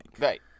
Right